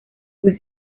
was